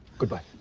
good bye.